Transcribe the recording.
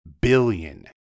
billion